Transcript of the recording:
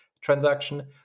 transaction